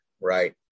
right